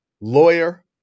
lawyer